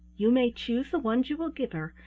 you may choose the ones you will give her,